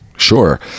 Sure